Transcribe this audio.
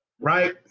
right